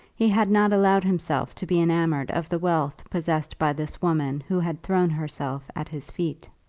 he had not allowed himself to be enamoured of the wealth possessed by this woman who had thrown herself at his feet.